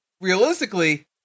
realistically